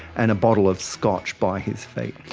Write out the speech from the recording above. and a bottle of scotch by his feet.